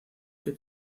que